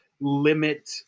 limit